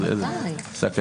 נכון.